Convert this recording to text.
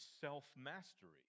self-mastery